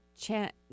chant